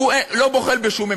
לא בוחל בשום אמצעים,